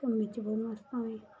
कम्मै च बहुत मस्त आं में